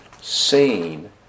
seen